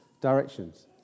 directions